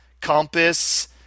Compass